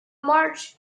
march